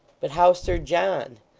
but how sir john?